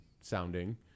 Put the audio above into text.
sounding